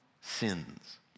sins